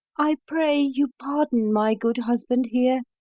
i pray you pardon my good husband here,